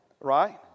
right